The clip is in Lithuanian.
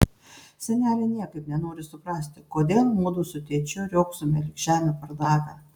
senelė niekaip nenori suprasti kodėl mudu su tėčiu riogsome lyg žemę pardavę